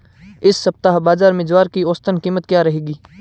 इस सप्ताह बाज़ार में ज्वार की औसतन कीमत क्या रहेगी?